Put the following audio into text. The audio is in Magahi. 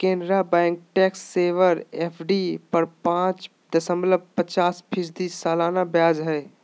Canara bank tax saver FD पर पाच दशमलब पचास फीसदी सालाना ब्याज हइ